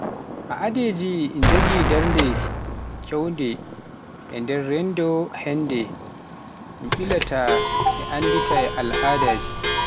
Aadaaji ina njogii darnde keewnde e nder renndo hannde, ina mballita e anndita al'adaji.